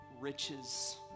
riches